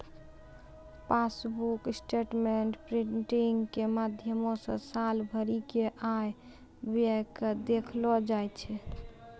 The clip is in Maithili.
पासबुक स्टेटमेंट प्रिंटिंग के माध्यमो से साल भरि के आय व्यय के देखलो जाय छै